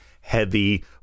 heavy